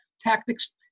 tactics